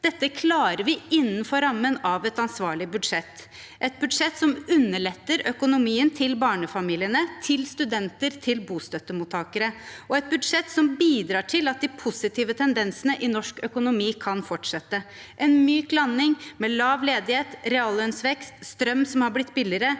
Dette klarer vi innenfor rammen av et ansvarlig budsjett – et budsjett som underletter økonomien til barnefamilier, studenter og bostøttemottakere, og et budsjett som bidrar til at de positive tendensene i norsk økonomi kan fortsette. Det gir en myk landing med lav ledighet, reallønnsvekst, strøm som har blitt billigere,